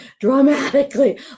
dramatically